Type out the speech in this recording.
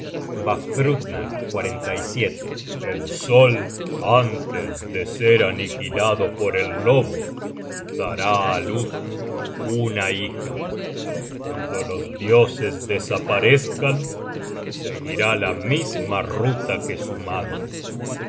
generated at vakthrudner el sol antes de ser aniquilado por el lobo dará á luz una hija cuando los dioses desaparezcan seguirá la misma ruta que su madre